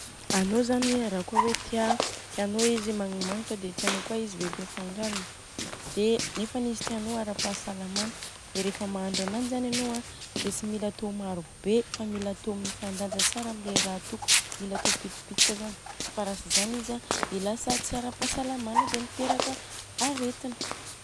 Anô zany i raha kôa anô tia tianô zany izy magnimagnitra dia tianô kôa izy bebe fangarony dia nefa izy tianô ara-pahasalamana dia Rehefa mahandro ananjy zany anô a dia tsy mila atô maro be fa mila atô mifandanja tsara amle raha ra atoko, mila atô bitibitika zany fa raha tsy zany izy an dia lasa tsy ara-pahasalamana dia miteraka aretina.